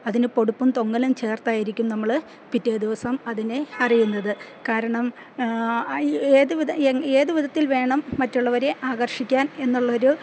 അതിന് പൊടിപ്പും തൊങ്ങലും ചേർത്തായിരിക്കും നമ്മള് പിറ്റേ ദിവസം അതിനെ അറിയുന്നത് കാരണം ഏതുവിധത്തിൽ വേണം മറ്റുള്ളവരെ ആകർഷിക്കാനെന്നുള്ളൊരു